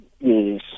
Yes